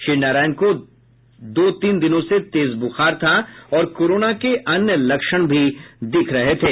श्री नारायण को दो तीन दिनों से तेज बुखार था और कोरोना के अन्य लक्षण भी दिख रहे थे